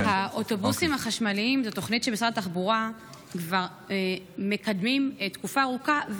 האוטובוסים החשמליים הם תוכנית שבמשרד התחבורה כבר מקדמים תקופה ארוכה,